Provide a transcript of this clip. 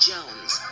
Jones